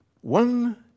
one